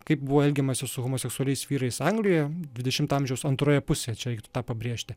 kaip buvo elgiamasi su homoseksualiais vyrais anglijoje dvidešimto amžiaus antroje pusėje čia ir tą pabrėžti